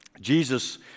Jesus